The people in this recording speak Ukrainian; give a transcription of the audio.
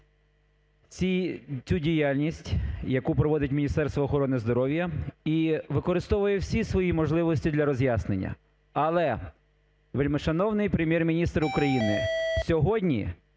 цю діяльність, яку проводить Міністерство охорони здоров'я, і використовує всі свої можливості для роз'яснення. Але, вельмишановний Прем'єр-міністр України, сьогодні